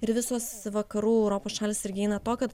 ir visos vakarų europos šalys irgi eina to kad